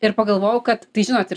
ir pagalvojau kad tai žinot ir